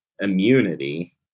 immunity